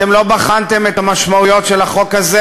אתם לא בחנתם את המשמעויות של החוק הזה